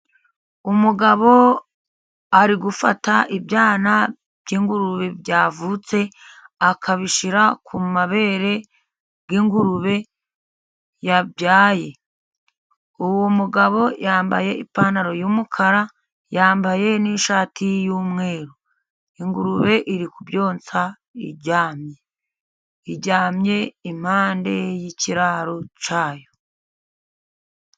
Umugabo ari gufata ibyana by'ingurube byavutse, akabishyira ku mabere y'ingurube yabyaye, uwo mugabo yambaye ipantaro y'umukara, yambaye n'ishati y'umweru, ingurube iri kubyonsa iryamye, iryamye impande y'ikiraro cya yo.